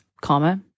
comma